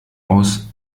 aus